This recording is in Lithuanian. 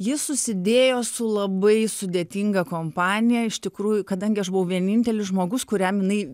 ji susidėjo su labai sudėtinga kompanija iš tikrųjų kadangi aš buvau vienintelis žmogus kuriam jinai